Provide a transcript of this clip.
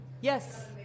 Yes